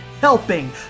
helping